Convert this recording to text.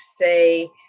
say